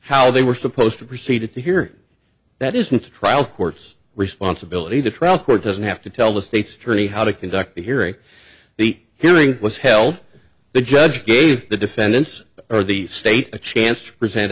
how they were supposed to proceed to hear that isn't the trial court's responsibility the trial court doesn't have to tell the state's attorney how to conduct the hearing the hearing was held the judge gave the defendants or the state a chance to present